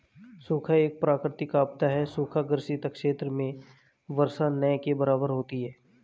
सूखा एक प्राकृतिक आपदा है सूखा ग्रसित क्षेत्र में वर्षा न के बराबर होती है